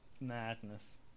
Madness